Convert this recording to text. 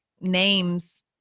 names